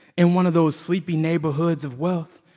in one of those sleepy neighborhoods of wealth.